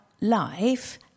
life